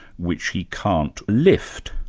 which he can't lift?